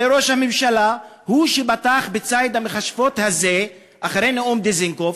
הרי ראש הממשלה הוא שפתח בציד המכשפות הזה אחרי נאום דיזנגוף,